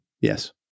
Yes